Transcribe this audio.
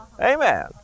Amen